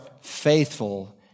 faithful